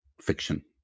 fiction